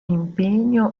impegno